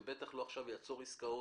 ובטח לא לעצור עכשיו עסקאות,